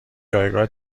جایگاه